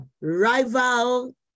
rival